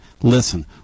Listen